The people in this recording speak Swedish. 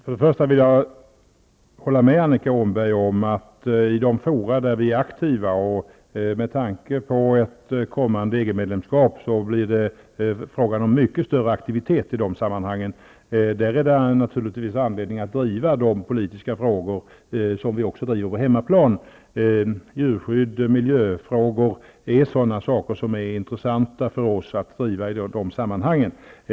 Herr talman! Jag kan hålla med Annika Åhnberg om att det i de fora där vi är aktiva med tanke på ett kommande EG-medlemskap är fråga om mycket större aktivitet. Där har vi naturligtvis anledning att driva de politiska frågor som vi också driver på hemmaplan. Djurskyddet och miljöfrågorna är sådana frågor som är intressanta för oss att driva i internationella sammanhang.